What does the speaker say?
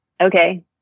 okay